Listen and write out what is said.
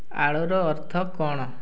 ଆଳୁର ଅର୍ଥ କ'ଣ